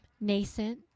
nascent